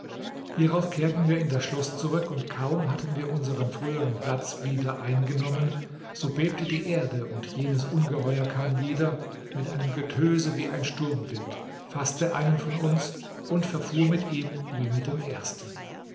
hierauf kehrten wir in das schloß zurück und kaum hatten wir unsern frühern platz wieder eingenommen so bebte die erde und jenes ungeheuer kam wieder mit einem getöse wie ein sturmwind faßte einen von uns und verfuhr mit ihm wie mit dem ersten